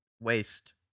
waste